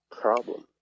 problem